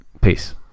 Peace